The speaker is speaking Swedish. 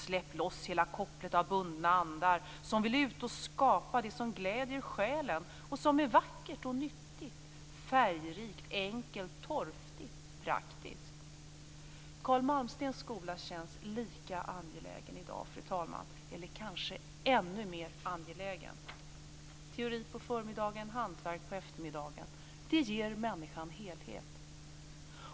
Släpp loss hela kopplet av bundna andar, som vill ut och skapa det som gläder själen och som är vackert och nyttigt, färgrikt, enkelt, torftigt - praktiskt." Carl Malmstens skola känns lika angelägen i dag, fru talman, eller kanske ännu mer angelägen. Teori på förmiddagen och hantverk på eftermiddagen; det ger människan helhet.